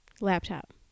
Laptop